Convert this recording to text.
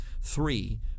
three